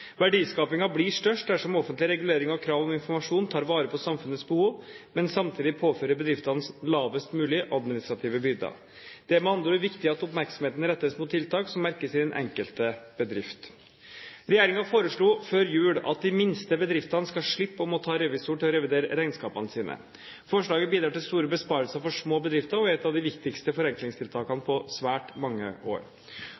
blir størst dersom offentlige reguleringer og krav om informasjon tar vare på samfunnets behov, men samtidig påfører bedriftene lavest mulig administrative byrder. Det er med andre ord viktig at oppmerksomheten rettes mot tiltak som merkes i den enkelte bedrift. Regjeringen foreslo før jul at de minste bedriftene skal slippe å måtte ha revisor til å revidere regnskapene sine. Forslaget bidrar til store besparelser for små bedrifter og er et av de viktigste forenklingstiltakene